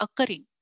occurring